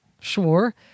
sure